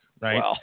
right